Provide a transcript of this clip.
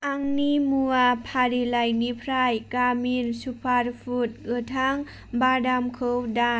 आंनि मुवा फारिलाइनिफ्राय गामिन सुपारपुड गोथां बादामखौ दान